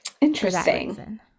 interesting